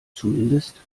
zumindest